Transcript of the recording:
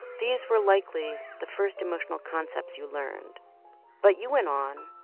these were likely the first emotional concepts you learned but you went on.